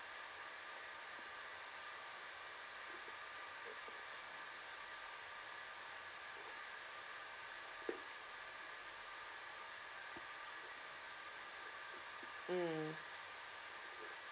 mm